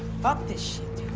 fuck this